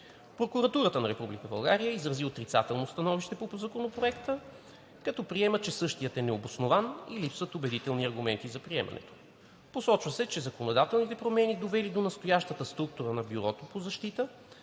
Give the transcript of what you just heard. Прокуратурата на Република България изрази отрицателно становище по Законопроекта, като приема, че същият е необоснован и липсват убедителни аргументи за приемането му. Посочва се, че законодателните промени, довели до настоящата структура на Бюрото по защита,